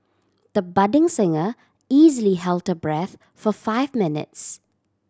the budding singer easily held her breath for five minutes